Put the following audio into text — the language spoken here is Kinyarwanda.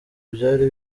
byari